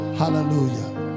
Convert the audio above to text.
hallelujah